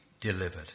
delivered